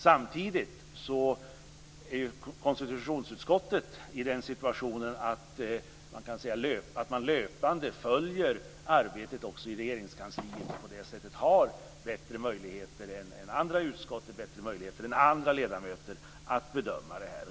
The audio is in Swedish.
Samtidigt är det så att konstitutionsutskottets ledamöter löpande följer arbetet i Regeringskansliet och på det sättet har bättre möjligheter än andra utskotts ledamöter att bedöma det här.